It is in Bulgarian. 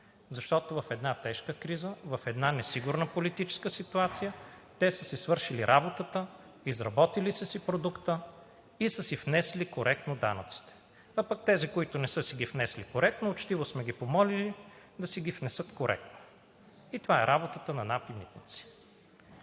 защото в една тежка криза, в една несигурна политическа ситуация те са си свършили работата, изработили са си продукта и са си внесли коректно данъците. А пък тези, които не са си ги внесли коректно, учтиво сме ги помолили да си ги внесат коректно. И това е работата на НАП и „Митници“.